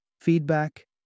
Feedback